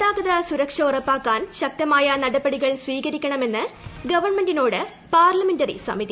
ഗതാഗത സുരക്ഷ ഉറപ്പാക്കാൻ ശക്തമായ നടപടികൾ സ്വീകരിക്കണമെന്ന് ഗവൺമെന്റിനോട് പാർലമെന്ററി സമിതി